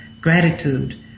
gratitude